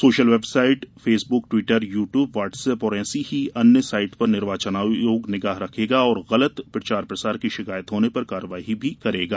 social website Facebook Twitter YouTube WhatsApp और ऐसी ही अन्य साइट पर निर्वाचन आयोग निगाह रखेगा और गलत प्रचार प्रसार की शिकायत होने पर कार्यवाही भी करेगा